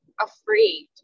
afraid